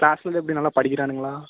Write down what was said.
கிளாஸ்குள்ளே எப்படி நல்லா படிக்கிறானுங்களா